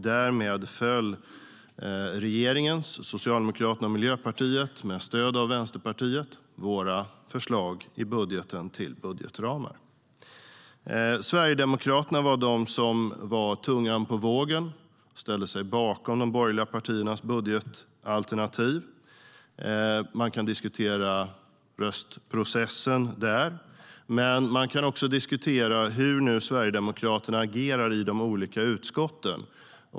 Därmed föll regeringens - Socialdemokraternas och Miljöpartiets med stöd av Vänsterpartiet - förslag i budgeten till budgetramar. Sverigedemokraterna var de som var tungan på vågen. De ställde sig bakom de borgerliga partiernas budgetalternativ. Man kan diskutera röstningsprocessen. Men man kan också diskutera hur Sverigedemokraterna nu agerar i de olika utskotten.